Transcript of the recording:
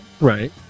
Right